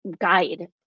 guide